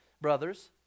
brothers